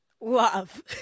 love